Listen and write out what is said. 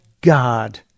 God